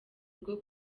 rwo